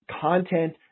content